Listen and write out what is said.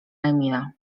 emila